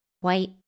white